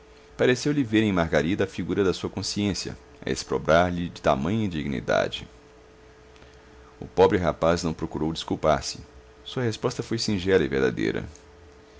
pareceu-lhe ver em margarida a figura da sua consciência a exprobrar lhe tamanha indignidade o pobre rapaz não procurou desculpar se a sua resposta foi singela e verdadeira